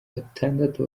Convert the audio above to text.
batandatu